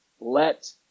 let